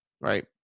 Right